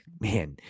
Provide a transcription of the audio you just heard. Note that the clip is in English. Man